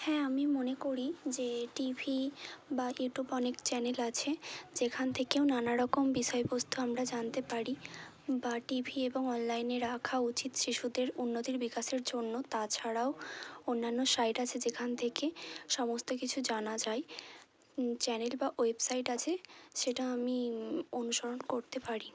হ্যাঁ আমি মনে করি যে টিভি বা ইউটিউবে অনেক চ্যানেল আছে যেখান থেকেও নানা রকম বিষয়বস্তু আমরা জানতে পারি বা টি ভি এবং অনলাইনে রাখা উচিত শিশুদের উন্নতির বিকাশের জন্য তাছাড়াও অন্যান্য সাইট আছে যেখান থেকে সমস্ত কিছু জানা যায় চ্যানেল বা ওয়েবসাইট আছে সেটা আমি অনুসরণ করতে পারি